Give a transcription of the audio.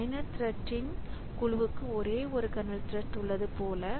பயனர் த்ரெட்ன் குழுவுக்கு ஒரே ஒரு கர்னல் த்ரெட் உள்ளது போல